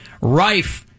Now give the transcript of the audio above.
rife